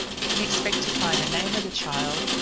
you can expect to find the name of the child,